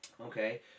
Okay